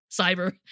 Cyber